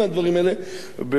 באותו עמוד,